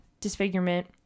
disfigurement